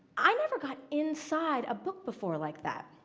i never got inside a book before like that.